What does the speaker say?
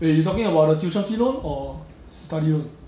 wait you talking about the tuition fee loan or study loan